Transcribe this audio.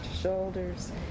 shoulders